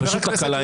פשוט תקלה.